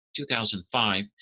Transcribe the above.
2005